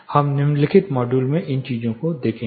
हम निम्नलिखित मॉड्यूल में इन चीजों को देखेंगे